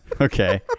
Okay